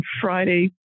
Friday